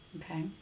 Okay